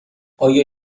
آیا